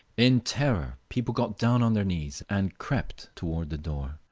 in terror people got down on their knees and crept toward the door.